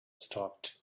stopped